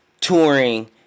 touring